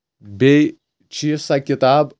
بیٚیہِ چھِ یہِ سۄ کِتاب